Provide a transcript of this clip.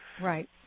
Right